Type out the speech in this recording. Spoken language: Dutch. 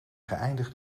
geëindigd